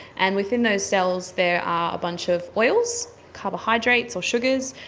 and within those cells there are bunch of oils, carbohydrates or sugars,